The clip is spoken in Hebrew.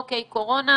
אוקיי קורונה,